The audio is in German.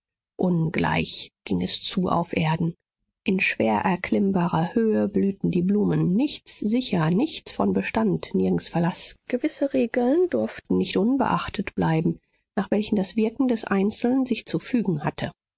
ungleich ging es zu auf erden in schwer erklimmbarer höhe blühten die blumen nichts sicher nichts von bestand nirgends verlaß gewisse regeln durften nicht unbeachtet bleiben nach welchen das wirken des einzelnen sich zu fügen hatte